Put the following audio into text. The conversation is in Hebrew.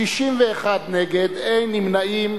61 נגד, אין נמנעים.